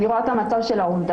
אני רואה את המצב של האובדנות.